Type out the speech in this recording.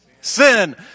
Sin